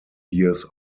years